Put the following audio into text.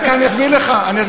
אני אסביר לך,